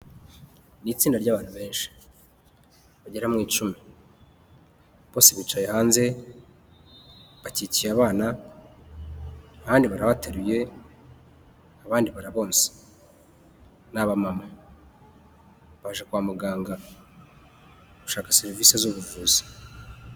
Ni itsinda ry'abantu benshi bagera mu icumi. Bose bicaye hanze, bakikiye abana, abandi barabateruye, abandi barabonsa. Ni abamama baje kwa muganga gushaka serivisi z'ubuvuzi.